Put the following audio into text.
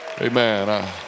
Amen